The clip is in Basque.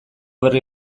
berri